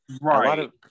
Right